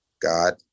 God